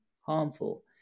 harmful